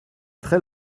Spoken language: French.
très